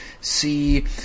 see